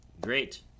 great